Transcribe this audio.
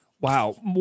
Wow